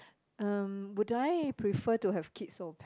um would I prefer to have kids or pet